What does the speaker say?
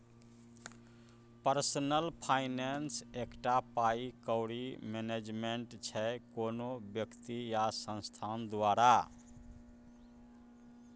personal finance एकटा पाइ कौड़ी मैनेजमेंट छै कोनो बेकती या संस्थान द्वारा